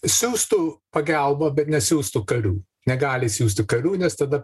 siųstų pagalbą bet nesiųstų karių negali siųsti karių nes tada